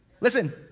Listen